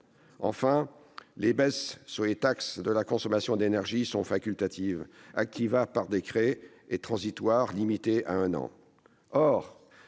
Enfin, les baisses de taxes sur la consommation d'énergie sont facultatives, activables par décret et transitoires, limitées à un an.